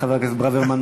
חבר הכנסת ברוורמן,